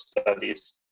studies